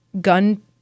gun